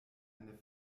eine